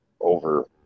over